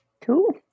Cool